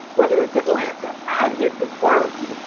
whether it's atlanta. i did the work.